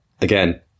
again